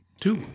Two